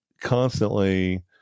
constantly